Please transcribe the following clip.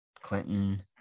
Clinton